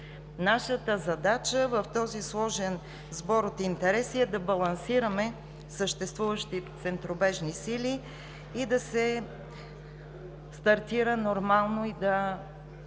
Нашата задача в този сложен сбор от интереси е да балансираме съществуващи центробежни сили, да се стартира нормално и да